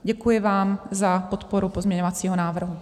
Děkuji vám za podporu pozměňovacího návrhu.